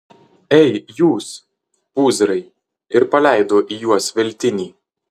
ei jūs pūzrai ir paleido į juos veltinį